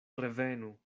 revenu